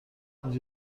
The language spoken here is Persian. اینجا